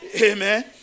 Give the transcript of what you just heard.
Amen